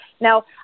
Now